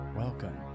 Welcome